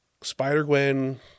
Spider-Gwen